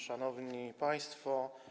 Szanowni Państwo!